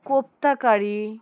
kofta কারী